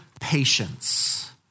patience